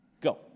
Go